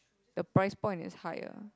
the price point is higher